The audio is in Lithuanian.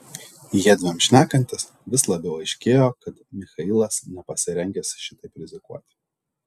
jiedviem šnekantis vis labiau aiškėjo kad michailas nepasirengęs šitaip rizikuoti